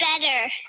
better